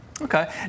okay